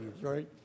right